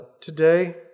today